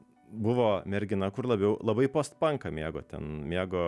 buvo mergina kur labiau labai post panką mėgo ten mėgo